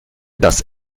das